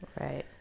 Right